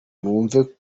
numve